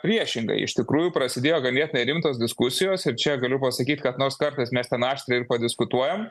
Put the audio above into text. priešingai iš tikrųjų prasidėjo ganėtinai rimtos diskusijos ir čia galiu pasakyt kad nors kartais mes ten aštriai ir padiskutuojam